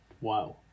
Wow